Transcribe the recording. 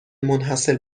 منحصر